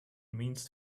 means